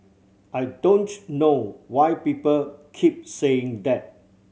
I don't know why people keep saying that